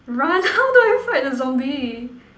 run how do I fight the zombie